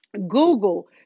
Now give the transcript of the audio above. Google